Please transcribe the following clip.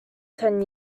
ten